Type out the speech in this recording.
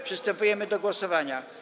Przystępujemy do głosowania.